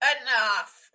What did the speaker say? enough